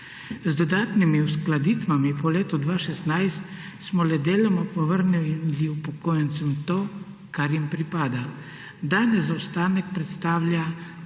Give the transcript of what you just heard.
Z dodatnimi uskladitvami po letu 2016 smo le deloma povrnili upokojencem to, kar jim pripada. Danes zaostanek predstavlja